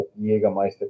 Jägermeister